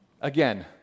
again